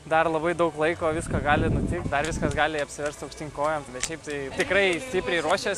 dar labai daug laiko visko gali nutikt dar viskas gali apsiverst aukštyn kojom bet šiaip tai tikrai stipriai ruošiaus